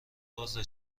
بازه